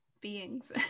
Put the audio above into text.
beings